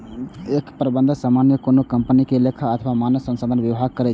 एकर प्रबंधन सामान्यतः कोनो कंपनी के लेखा अथवा मानव संसाधन विभाग करै छै